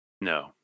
No